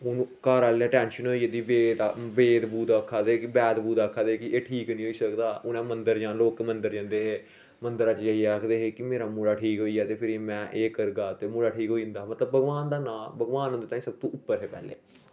हून घर आहले गी टेंशन होई गेदी बेद बगेरा आक्खा दे बेद आक्खा दे कि एह् ठीक नेई होई सकदा हूने लोक मदंर जंदे है मंदरा च जेइये जय करदे है कि मेरा मुडा ठीक होई जाऐ ते फिर में एह् करगा ते मुडा ठीक होई जंदा हा मतलब भगबान दा नां भगबान सब तू उपर है पहले